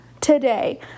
today